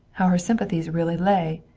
how her sympathies really lay?